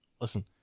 listen